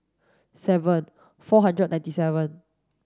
seven four hundred and ninety seven